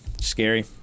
scary